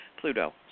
Pluto